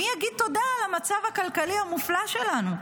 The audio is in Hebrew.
מי יגיד תודה על המצב הכלכלי המופלא שלנו?